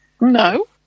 No